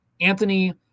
Anthony